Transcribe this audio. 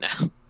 now